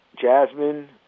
Jasmine